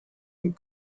and